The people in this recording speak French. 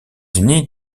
unis